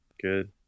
Good